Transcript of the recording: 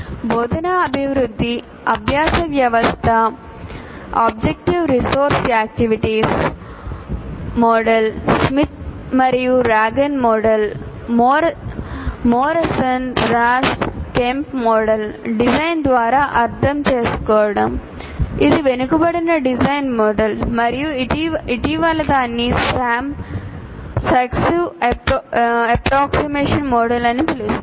బోధనా అభివృద్ధి అభ్యాస వ్యవస్థ objectives resource activities OAR model Smith మరియు Ragan model Morrison Ross Kemp model design ద్వారా అర్థం చేసుకోవడం ఇది వెనుకబడిన డిజైన్ మోడల్ మరియు ఇటీవలిదాన్ని SAM సక్సివ్ Approximation మోడల్ అని పిలుస్తారు